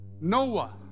Noah